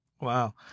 Wow